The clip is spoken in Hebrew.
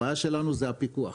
הבעיה שלנו זה הפיקוח.